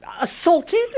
assaulted